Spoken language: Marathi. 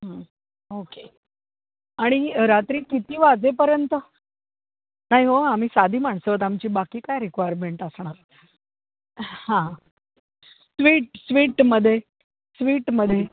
हं ओके आणि रात्री किती वाजेपर्यंत नाही हो आम्ही साधी माणसं आहोत आमची बाकी काय रिक्वायरमेंट असणार हां स्वीट स्वीटमध्ये स्वीटमध्ये